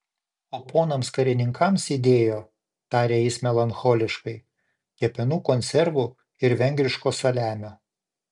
o ponams karininkams įdėjo tarė jis melancholiškai kepenų konservų ir vengriško saliamio